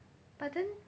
but then